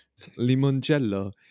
Limoncello